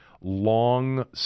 long